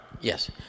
Yes